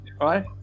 right